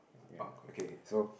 oh okay so